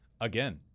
Again